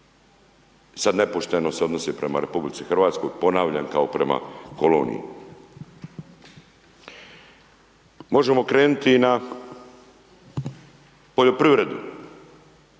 sada nepošteno se odnosi prema HR, ponavljam kao prema koloniji. Možemo krenuti na poljoprivredu,